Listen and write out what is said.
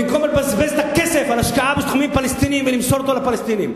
במקום לבזבז את הכסף על השקעה בתחומים פלסטיניים ולמסור אותו לפלסטינים.